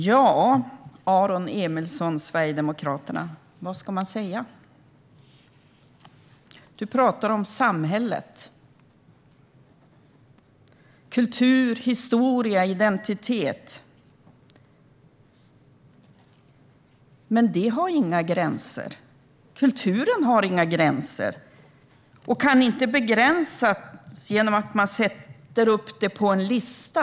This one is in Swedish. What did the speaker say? Fru talman! Aron Emilsson från Sverigedemokraterna - vad ska man säga? Du pratar om samhället, om kultur, historia och identitet. Men sådant har inga gränser. Kulturen har inga gränser och kan inte begränsas genom att man sätter upp den på en lista.